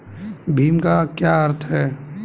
भीम का क्या अर्थ है?